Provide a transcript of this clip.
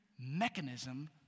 mechanism